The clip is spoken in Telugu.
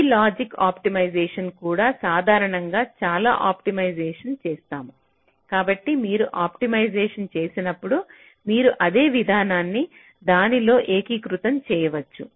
ఈ లాజిక్ ఆప్టిమైజేషన్ కూడా సాధారణంగా చాలా ఆప్టిమైజేషన్ చేస్తాము కాబట్టి మీరు ఆప్టిమైజేషన్ చేసినప్పుడు మీరు అదే విధానాన్ని దానిలో ఏకీకృతం చేయవచ్చు